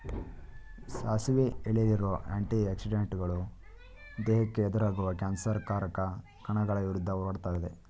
ಸಾಸಿವೆ ಎಲೆಲಿರೋ ಆಂಟಿ ಆಕ್ಸಿಡೆಂಟುಗಳು ದೇಹಕ್ಕೆ ಎದುರಾಗುವ ಕ್ಯಾನ್ಸರ್ ಕಾರಕ ಕಣಗಳ ವಿರುದ್ಧ ಹೋರಾಡ್ತದೆ